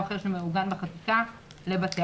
ועד שתיים וחצי מיליארד שקל לבתי